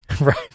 Right